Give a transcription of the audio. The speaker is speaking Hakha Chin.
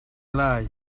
lai